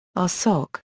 r. soc.